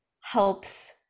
helps